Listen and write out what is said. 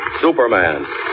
Superman